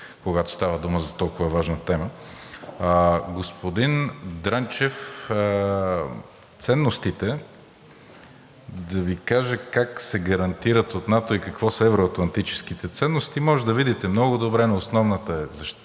когато става дума за толкова важна тема. Господин Дренчев, ценностите – да Ви кажа как се гарантират от НАТО и какво са евро-атлантическите ценности, може да видите много добре – на основната защита